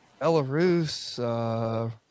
Belarus